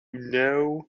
know